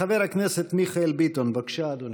חבר הכנסת מיכאל ביטון, בבקשה, אדוני.